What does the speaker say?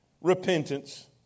Repentance